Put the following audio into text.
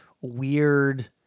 weird